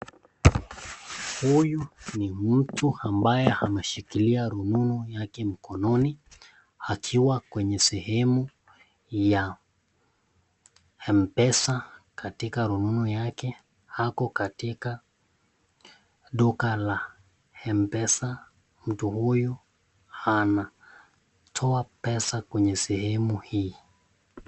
Huyu ni mtu ambaye ameshikilia rununu yake mkononi, akiwa kwenye sehemu ya mpesa katika rununu yake, ako katika duka la mpesa, mtu huyu anatoa pesa kwenye sehemu hii.